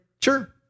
Sure